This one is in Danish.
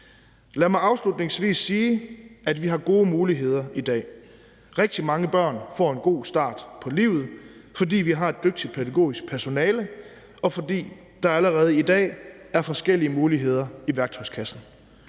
Lad mig afslutningsvis sige, at vi har gode muligheder i dag. Rigtig mange børn får en god start på livet, fordi vi har et dygtigt pædagogisk personale, og fordi der allerede i dag er forskellige muligheder i værktøjskassen.